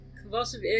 Convulsive